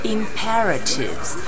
imperatives